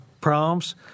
problems